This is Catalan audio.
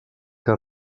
que